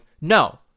no